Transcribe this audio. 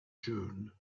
june